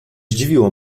zdziwiło